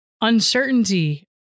uncertainty